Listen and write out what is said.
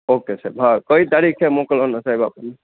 okay સાહેબ હા કઈ તારીખે મોકલવાનું સાહેબ આપણને